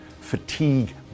Fatigue